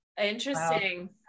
Interesting